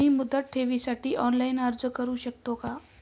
मी मुदत ठेवीसाठी ऑनलाइन अर्ज करू शकतो का?